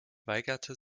weigerte